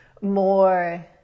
more